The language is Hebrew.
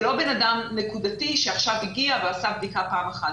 זה לא בן אדם נקודתי שעכשיו הגיע ועשה בדיקה פעם אחת.